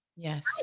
yes